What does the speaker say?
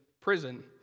prison